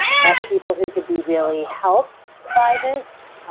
that people who could be really helped by this,